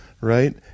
right